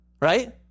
right